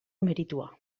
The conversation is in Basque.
meritua